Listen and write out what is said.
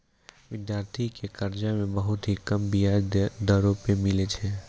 विद्यार्थी के कर्जा मे बहुत ही कम बियाज दरों मे मिलै छै